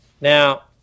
Now